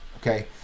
okay